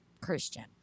Christian